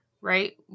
right